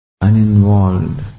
Uninvolved